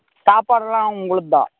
சாப்பாடெல்லாம் உங்களது தான்